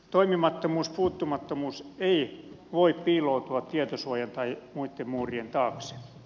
toimimattomuus puuttumattomuus ei voi piiloutua tietosuojan tai muitten muurien taakse